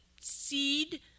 seed